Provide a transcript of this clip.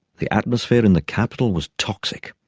the atmosphere in the capital was toxic.